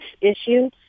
issue